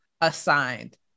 assigned